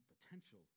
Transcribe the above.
potential